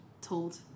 told